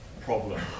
problem